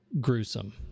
gruesome